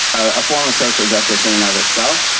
a form of social justice in and of itself.